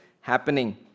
happening